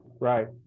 Right